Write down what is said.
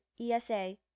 ESA